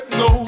no